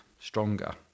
stronger